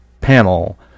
panel